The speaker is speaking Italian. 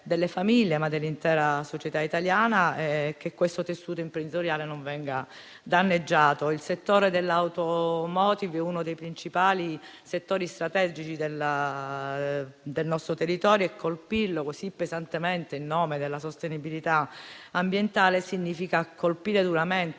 e dell'intera società italiana, è che questo tessuto imprenditoriale non venga danneggiato. Il comparto dell'*automotive* è uno dei principali settori strategici del nostro territorio e colpirlo così pesantemente in nome della sostenibilità ambientale significa colpire duramente